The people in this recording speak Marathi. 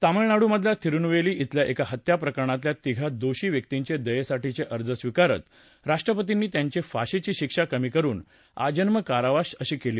तामिळनाडूमधल्या थिरुनेलवेली इल्या एका हत्या प्रकरणातल्या तिघा दोषी व्यक्तींचे दयेसाठीचे अर्ज स्वीकारत राष्ट्रपतींनी त्यांची फाशीची शिक्षा कमी करुन आजन्म कारावास अशी केली